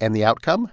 and the outcome